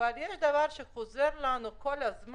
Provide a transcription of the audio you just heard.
אבל יש דבר שחוזר כל הזמן,